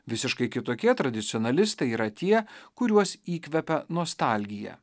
visiškai kitokie tradicionalistai yra tie kuriuos įkvepia nostalgija